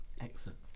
Excellent